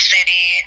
City